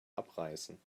abreißen